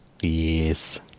Yes